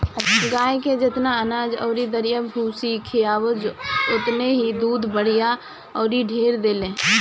गाए के जेतना अनाज अउरी दरिया भूसा भूसी खियाव ओतने इ दूध बढ़िया अउरी ढेर देले